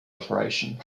operation